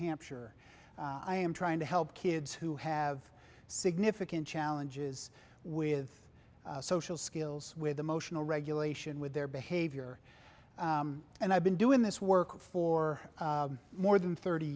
hampshire i am trying to help kids who have significant challenges with social skills with emotional regulation with their behavior and i've been doing this work for more than thirty